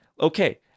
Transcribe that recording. Okay